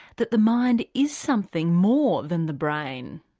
that the mind is something more than the brain.